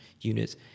units